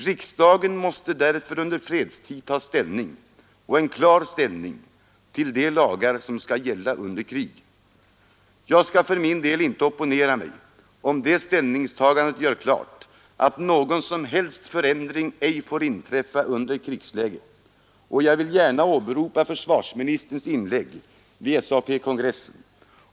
Riksdagen måste därför under fredstid ta ställning — och en klar ställning — till de lagar som skall gälla under krig. Jag skall för min del inte opponera mig, om det ställningstagandet gör klart att någon som helst förändring ej får inträffa under ett krigsläge. Jag vill gärna åberopa försvarsministerns inlägg vid SAP-kongressen.